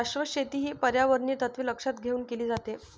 शाश्वत शेती ही पर्यावरणीय तत्त्वे लक्षात घेऊन केली जाते